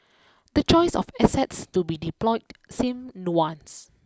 the choice of assets to be deployed seems nuanced